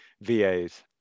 VAs